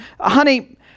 honey